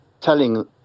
telling